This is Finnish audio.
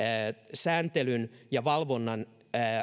sääntelyn ja valvonnan